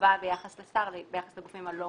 החובה ביחס לשר, ביחס לגופים הלא-מפוקחים.